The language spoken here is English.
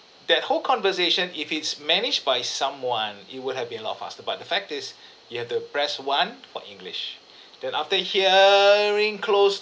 that whole conversation if it's managed by someone it would have been a lot faster but the fact is you have to press one for english then after hearing close